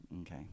Okay